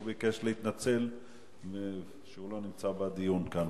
הוא ביקש להתנצל על שהוא לא נמצא בדיון כאן.